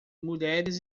mulheres